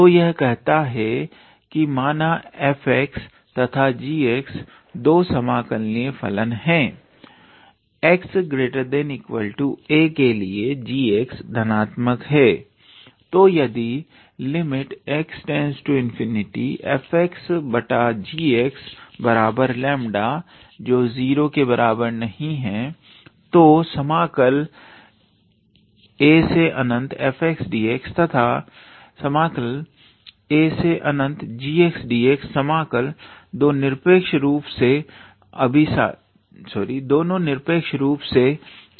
तो यह कहता है कि माना f तथा g दो समाकलनीय फलन है 𝑥 ≥ 𝑎 के लिए g धनात्मक है तो यदि x→∞fg 𝜆 ≠0 तो समाकल afxdx तथा समाकल agxdx दोनों निरपेक्ष रूप से अभिसारित या अपसरित होंगे